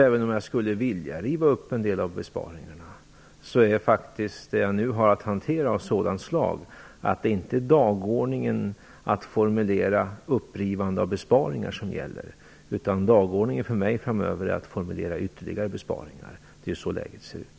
Även om jag skulle vilja riva upp en del av besparingarna är det jag nu har att hantera av ett sådant slag att det inte står på dagordningen att formulera upprivande av besparingar. Dagordningen för mig framöver är att formulera ytterligare besparingar. Det är så läget ser ut.